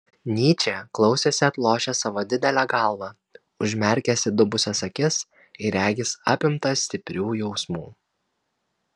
nyčė klausėsi atlošęs savo didelę galvą užmerkęs įdubusias akis ir regis apimtas stiprių jausmų